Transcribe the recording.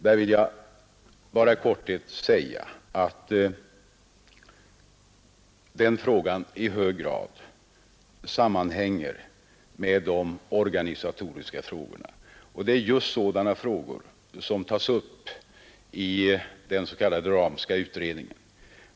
Jag vill bara i korthet säga att de spörsmålen i hög grad sammanhänger med de organisatoriska frågorna, dvs. sådana som tas upp i den s.k. Rahmska utredningen.